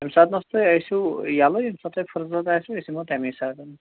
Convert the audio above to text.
ییٚمہِ ساتہٕ تُہۍ ٲسِو یَلہٕ ییٚمہِ ساتہٕ تۄہہِ فُرصتھ آسوٕ أسۍ یِمو تَمے ساتہٕ